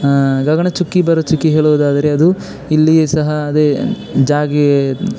ಗಗನಚುಕ್ಕಿ ಭರಚುಕ್ಕಿ ಹೇಳುವುದಾದರೆ ಅದು ಇಲ್ಲಿಯೂ ಸಹ ಅದೇ ಜಾಗೀ